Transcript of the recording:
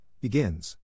begins